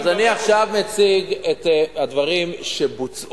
אז אני עכשיו מציג את הדברים שבוצעו.